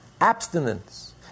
abstinence